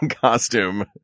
costume